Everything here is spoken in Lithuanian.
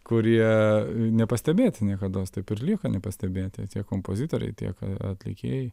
kurie nepastebėti niekados taip ir lieka nepastebėti tiek kompozitoriai tiek atlikėjai